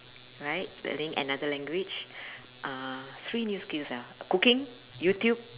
right learning another language um three new skills ah cooking youtube